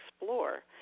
explore